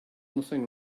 nothing